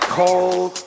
cold